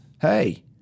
Hey